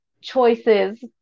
choices